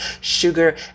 sugar